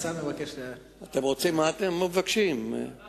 אתם מבקשים להעביר